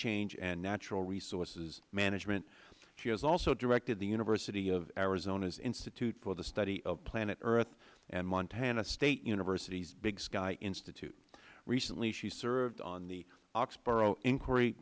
change and natural resources management she has also directed the university of arizona's institute for the study of planet earth and montana state university's big sky institute recently she served on the